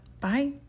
Bye